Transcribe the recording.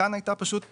כאן הייתה פשוט טעות,